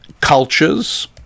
cultures